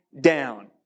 down